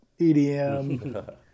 EDM